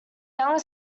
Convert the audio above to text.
younger